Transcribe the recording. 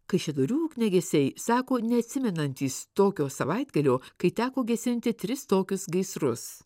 kaišiadorių ugniagesiai sako neatsimenantys tokio savaitgalio kai teko gesinti tris tokius gaisrus